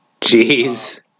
Jeez